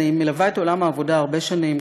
אני מלווה את עולם העבודה הרבה שנים,